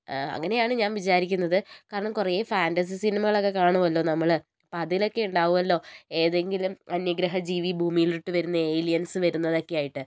അങ്ങനെയാണ് ഞാൻ വിചാരിക്കുന്നത് കാരണം കുറേ ഫാൻറ്റസി സിനിമകളൊക്കെ കാണുമല്ലോ നമ്മൾ അപ്പോൾ അതിലൊക്കെ ഉണ്ടാകുമല്ലോ ഏതെങ്കിലും അന്യഗ്രഹ ജീവി ഭൂമിയിലോട്ടു വരുന്ന ഏലിയൻസ് വരുന്നതൊക്കെ ആയിട്ട്